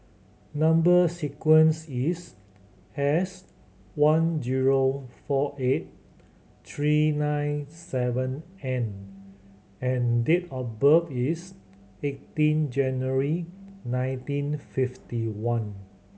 number sequence is S one zero four eight three nine seven N and date of birth is eighteen January nineteen fifty one